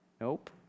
Nope